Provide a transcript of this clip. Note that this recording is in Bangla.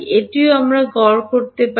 এটিও আমরা গড় করতে পারি